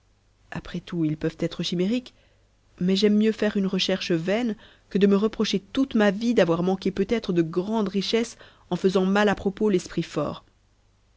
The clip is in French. après tout ils peuvent être chimériques mais j'aime mieux faire une recherche vaine que de me reprocher toute ma vie d'avoir manqué peut-être de grandes richesses en faisant mal à propos l'esprit fort